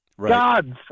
Gods